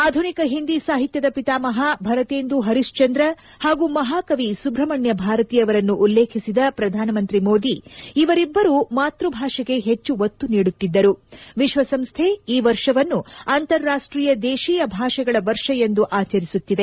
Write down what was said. ಆಧುನಿಕ ಹಿಂದಿ ಸಾಹಿತ್ಯದ ಪಿತಾಮಪ ಭರತೇಂದು ಪರಿಶ್ವಂದ್ರ ಪಾಗೂ ಮಹಾಕವಿ ಸುಬ್ರಹ್ಮಣ್ನ ಭಾರತಿ ಅವರನ್ನು ಉಲ್ಲೇಖಿಸಿದ ಪ್ರಧಾನಮಂತ್ರಿ ಮೋದಿ ಇವರಿಬ್ಬರು ಮಾತ್ಯಭಾಷೆಗೆ ಹೆಚ್ಚು ಒತ್ತು ನೀಡುತ್ತಿದ್ದರು ವಿಶ್ವಸಂಸ್ಥೆ ಈ ವರ್ಷವನ್ನು ಅಂತಾರಾಷ್ಟೀಯ ದೇಶೀಯ ಭಾಷೆಗಳ ವರ್ಷ ಎಂದು ಆಚರಿಸುತ್ತಿದೆ